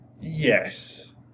Yes